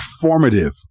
formative